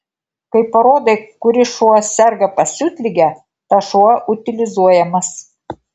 kai parodai kuris šuo serga pasiutlige tas šuo utilizuojamas